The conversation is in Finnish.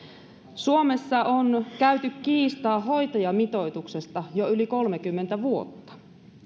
suomessa on käyty kiistaa hoitajamitoituksesta jo yli kolmekymmentä vuotta